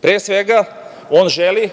Pre svega, on želi